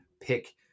pick